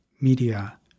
media